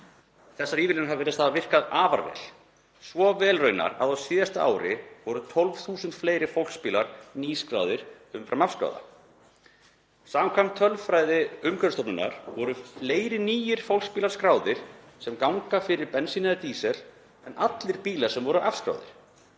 Þessar ívilnanir virðist hafa virkað afar vel, svo vel raunar að á síðasta ári voru 12.000 fólksbílar nýskráðir umfram afskrifaða. Samkvæmt tölfræði Umhverfisstofnunar voru fleiri nýir fólksbílar skráðir sem ganga fyrir bensíni eða dísil en allir bílar sem voru afskrifaðir.